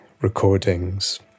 recordings